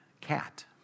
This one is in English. cat